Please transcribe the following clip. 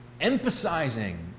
emphasizing